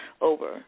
over